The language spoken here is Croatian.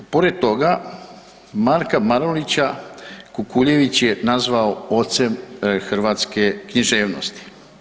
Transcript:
Pored toga, Marka Marulića Kukuljević je nazvao ocem hrvatske književnosti.